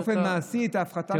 ואנחנו נראה באופן מעשי את ההפחתה של,